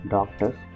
Doctors